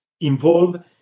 involve